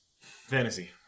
Fantasy